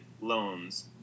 loans